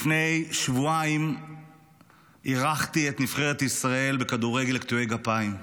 לפני שבועיים אירחתי את נבחרת ישראל בכדורגל לקטועי גפיים.